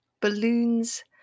balloons